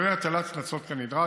ולאכיפה, כולל הטלת קנסות כנדרש.